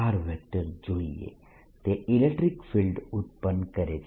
તે electric field ઉત્પન્ન કરે છે